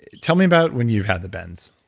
tell me about when you've had the bends.